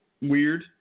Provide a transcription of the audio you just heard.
weird